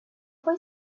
boy